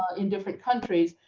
in different countries.